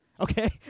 Okay